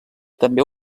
també